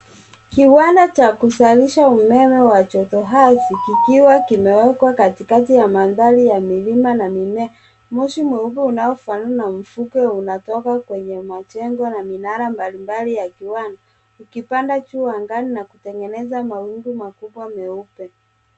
Kiwanda cha kuzalisha umeme wa jotohai kikiwa kimewekwa katikati ya maanthari ya milima na mimea. Moshi mweupe unaofanana na mvuke unatoka kwenye majengo na minara mbalimbali ya viwanda, ukipaa juu angani na kutengeneza mawingu makubwa meupe.